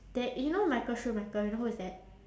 that you know michael schumacher you know who is that